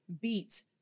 beat